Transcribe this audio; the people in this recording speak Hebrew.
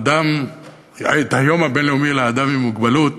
את היום הבין-לאומי לאדם עם מוגבלות